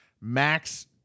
Max